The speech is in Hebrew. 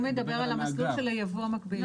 הוא מדבר על המסלול של הייבוא המקביל.